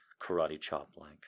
karate-chop-like